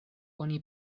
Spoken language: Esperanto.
oni